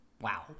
Wow